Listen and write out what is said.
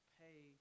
pay